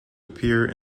appear